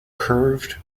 curved